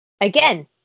again